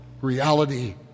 reality